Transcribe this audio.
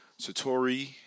Satori